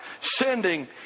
sending